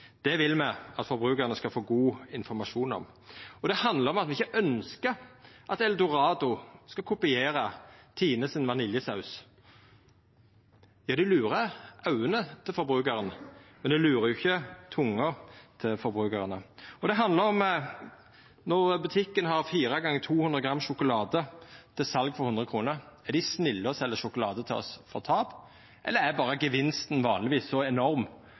Det vil me at forbrukarane skal få god informasjon om. Det handlar om at me ikkje ønskjer at Eldorado skal kopiera Tine sin vaniljesaus. Er det å lura auga til forbrukarane? Ein lurer jo ikkje tunga til forbrukarane. Det handlar om at når butikkane har fire stykke 200 gram sjokolade til sal for 100 kr, er dei snille som sel sjokolade til oss med tap, eller er gevinsten vanlegvis så enorm